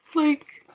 like,